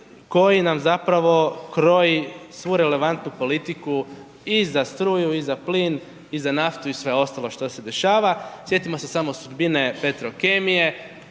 koji nam zapravo kroji svu relevantnu politiku i za struju i za plin i za naftu i sve ostalo što se dešava. Sjetimo se samo sudbine Petrokemije,